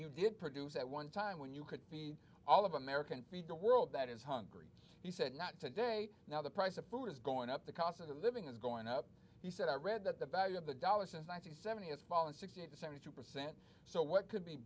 you did produce at one time when you could need all of american feed the world that is hungry he said not today now the price of food is going up the cost of living is going up he said i read that the value of the dollar since ninety seven has fallen sixteen to two percent so what could be